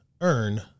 earn